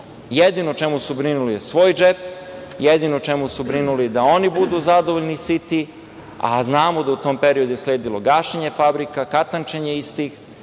Jedino o čemu su brinuli je svoj džep, jedino o čemu su brinuli jeste da oni budu zadovoljni, siti, a znamo da u tom periodu je sledilo gašenje fabrika, katančenje istih.